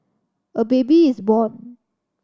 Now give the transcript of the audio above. a baby is born